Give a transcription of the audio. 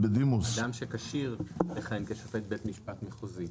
אדם שכשיר לכהן כשופט בית משפט מחוזי.